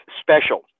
special